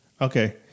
Okay